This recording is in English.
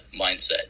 mindset